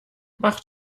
mach